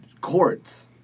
courts